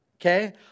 Okay